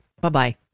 bye-bye